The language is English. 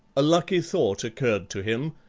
a lucky thought occurred to him,